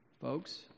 Folks